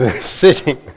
sitting